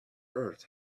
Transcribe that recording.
earth